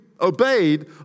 obeyed